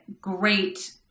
great